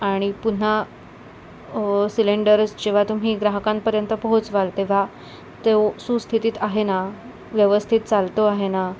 आणि पुन्हा सिलेंडर्स जेव्हा तुम्ही ग्राहकांपर्यंत पोहोचवाल तेव्हा तो सुस्थितीत आहे ना व्यवस्थित चालतो आहे ना